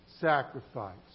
sacrifice